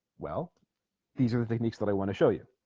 well these are the techniques that i want to show you